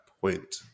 point